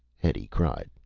hetty cried.